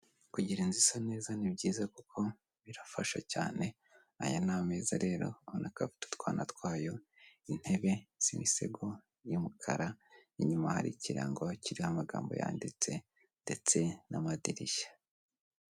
Kugira ngo inzu ise neza ni byiza, kuko birafasha cyane, aya ni ameza afite utwana twayo, intebe z'imisego y'umukara, inyuma hari ikirango kiriyaho amagambo yanditse ndetse n'amadirishya.